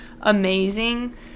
amazing